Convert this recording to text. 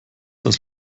das